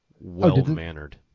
well-mannered